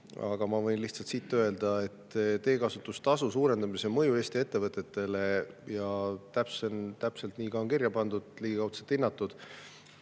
aga ma võin lihtsalt öelda, et teekasutustasu suurendamise mõju Eesti ettevõtetele – täpselt nii on kirja pandud – on ligikaudselt hinnatud.